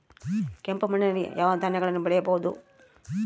ಕೆಂಪು ಮಣ್ಣಲ್ಲಿ ಯಾವ ಧಾನ್ಯಗಳನ್ನು ಬೆಳೆಯಬಹುದು?